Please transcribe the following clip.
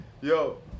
Yo